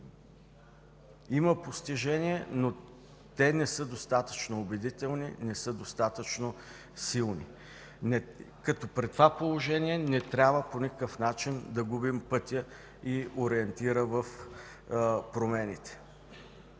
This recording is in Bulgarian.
Има постижения, но те не са достатъчно убедителни, не са достатъчно силни, като при това положение по никакъв начин не трябва да губим пътя, ориентира в промените.